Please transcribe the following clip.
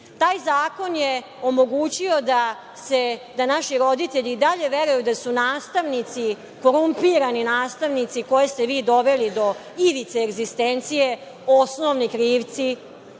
Taj zakon je omogućio da naši roditelji i dalje veruju da su nastavnici, korumpirani nastavnici koje ste vi doveli do ivice egzistencije osnovni krivci